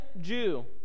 Jew